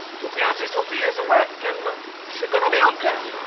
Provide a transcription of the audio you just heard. tu fiance sofia is awake and she's going to be okay.